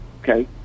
Okay